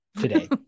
today